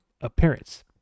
appearance